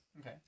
Okay